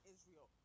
Israel